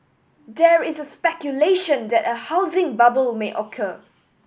there is speculation that a housing bubble may occur